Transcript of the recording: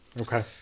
Okay